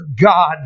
God